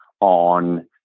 on